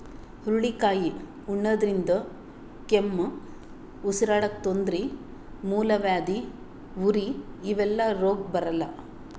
ಹುರಳಿಕಾಯಿ ಉಣಾದ್ರಿನ್ದ ಕೆಮ್ಮ್, ಉಸರಾಡಕ್ಕ್ ತೊಂದ್ರಿ, ಮೂಲವ್ಯಾಧಿ, ಉರಿ ಇವೆಲ್ಲ ರೋಗ್ ಬರಲ್ಲಾ